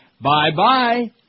bye-bye